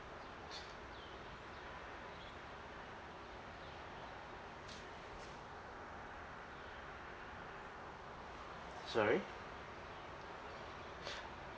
sorry